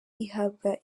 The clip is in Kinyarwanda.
ihabwa